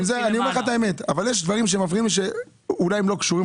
יש דברים שמפריעים לי ואולי הם לא קשורים